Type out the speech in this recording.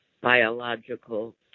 biological